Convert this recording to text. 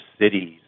cities